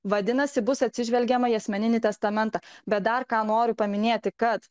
vadinasi bus atsižvelgiama į asmeninį testamentą bet dar ką noriu paminėti kad